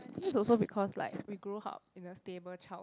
think it's also because like we grew up in a stable child~